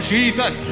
Jesus